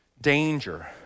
danger